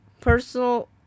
personal